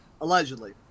Allegedly